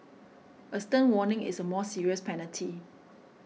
a stern warning is a more serious penalty